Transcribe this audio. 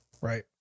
Right